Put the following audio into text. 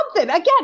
Again